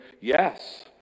yes